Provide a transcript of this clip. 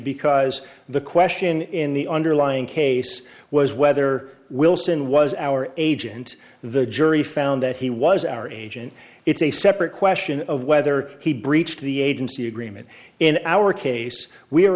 because the question in the underlying case was whether wilson was our agent the jury found that he was our agent it's a separate question of whether he breached the agency agreement in our case we